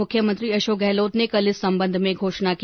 मुख्यमंत्री अशोक गहलोत ने कल इस संबंध में घोषणा की